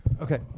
Okay